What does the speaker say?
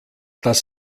das